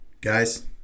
guys